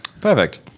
Perfect